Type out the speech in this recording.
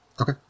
Okay